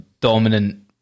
dominant